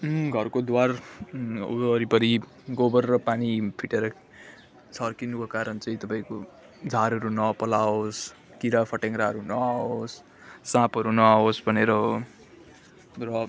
घरको द्वार वरिपरि गोबर र पानी फिटेर छर्किनुको कारण चाहिँ तपाईँको झारहरू नपलाओस् किराफटेङ्ग्राहरू नआओस् साँपहरू नआओस् भनेर हो र